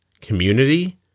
community